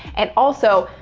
and also,